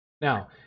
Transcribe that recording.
Now